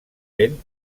vent